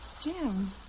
Jim